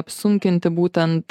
apsunkinti būtent